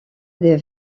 des